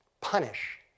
punish